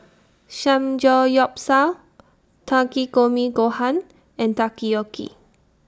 Samgeyopsal Takikomi Gohan and Takoyaki